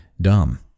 dumb